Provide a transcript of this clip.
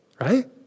right